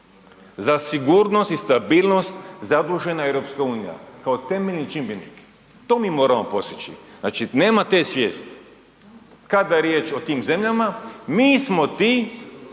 za sigurnost i stabilnost zadužena EU kao temeljni čimbenik, to mi moramo postići. Znači nema te svijesti kada je riječ o tim zemljama mi smo ti